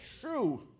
true